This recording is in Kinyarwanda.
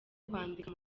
kwandika